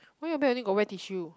why your bag only got wet tissue